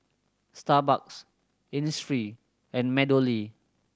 Starbucks Innisfree and MeadowLea